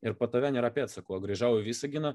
ir po tave nėra pėdsako o grįžau į visaginą